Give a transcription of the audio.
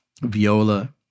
viola